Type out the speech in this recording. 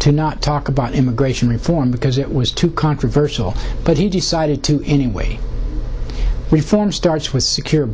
to not talk about immigration reform because it was too controversial but he decided to anyway reform starts with secure